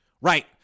Right